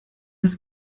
das